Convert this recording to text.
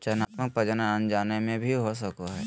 चयनात्मक प्रजनन अनजाने में भी हो सको हइ